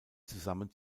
zusammen